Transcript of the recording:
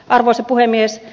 arvoisa puhemies